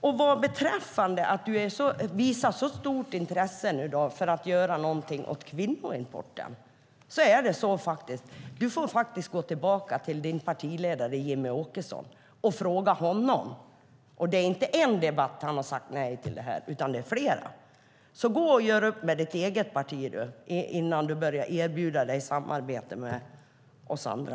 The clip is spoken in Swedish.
Nu visar du så stort intresse för att göra något åt kvinnoimporten. Du får faktiskt fråga din partiledare Jimmie Åkesson om detta. Det är inte i en debatt han har sagt nej utan det är i flera. Gör upp med ditt eget parti innan du börjar erbjuda samarbete med oss andra.